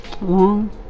Long